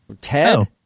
Ted